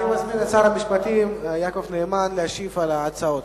אני מזמין את שר המשפטים יעקב נאמן להשיב על ההצעות.